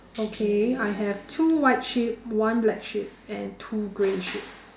okay I have two white sheep one black sheep and two grey sheep